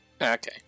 Okay